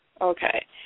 Okay